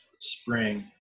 spring